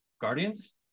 guardians